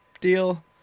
deal